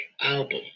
album